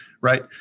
right